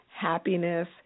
happiness